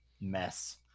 mess